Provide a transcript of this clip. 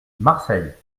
marseille